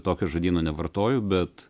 tokio žodyno nevartoju bet